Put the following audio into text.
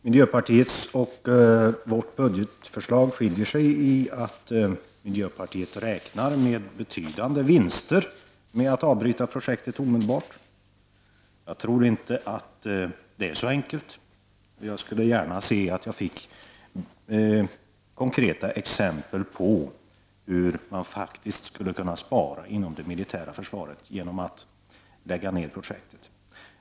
Miljöpartiets och vpks:s budgetförslag skiljer sig i det avseendet att miljöpartiet räknar med betydande vinster om man avbryter projektet omedelbart. Jag tror inte att det är så enkelt, men jag skulle gärna se konkreta exempel på hur man faktiskt skulle kunna spara inom det militära försvaret genom att lägga ned projektet.